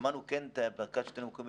שמענו כן את מרכז השלטון המקומי,